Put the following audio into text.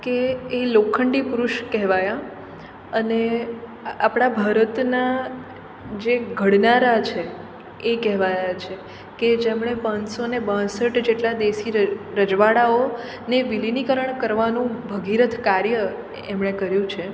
કે એ લોખંડી પુરુષ કહેવાયા અને આપણા ભારતના જે ઘડનારા છે એ કહેવાયા છે કે જેમણે પાંચસોને બાસઠ જેટલા દેશી રજવાડાઓ ને વિલીનીકરણ કરવાનું ભગીરથ કાર્ય એમણે કર્યું છે